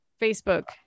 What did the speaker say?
facebook